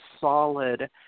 solid